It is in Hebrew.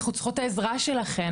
אנחנו צריכות את העזרה שלכם,